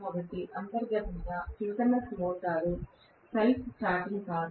కాబట్టి అంతర్గతంగా synchronous motor self starting కాదు